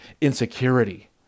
insecurity